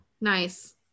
Nice